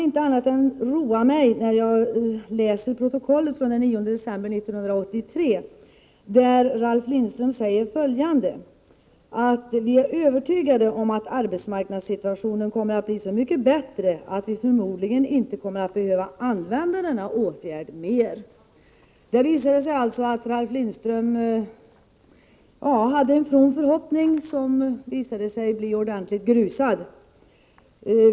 Det roar mig att läsa protokollet från den 9 december 1983, där Ralf Lindström säger följande: ”Vi är övertygade om att arbetsmarknadssituationen kommer att bli så mycket bättre att vi förmodligen inte kommer att behöva använda denna åtgärd mer.” Ralf Lindström hade alltså en from förhoppning, som har visat sig bli ordentligt grusad.